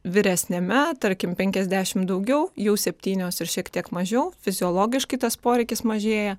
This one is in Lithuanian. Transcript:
vyresniame tarkim penkiasdešim daugiau jau septynios ir šiek tiek mažiau fiziologiškai tas poreikis mažėja